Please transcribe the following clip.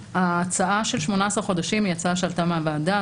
ההצעה של 18 חודשים היא הצעה שעלתה מהוועדה,